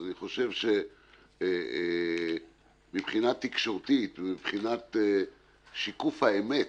אני חושב שמבחינה תקשורתית ומבחינת שיקוף האמת,